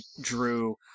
Drew